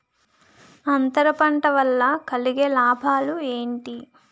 అంతర పంట వల్ల కలిగే లాభాలు ఏంటి